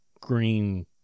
Green